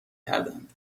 کردند